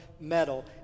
medal